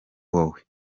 wowe